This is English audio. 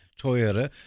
Toyota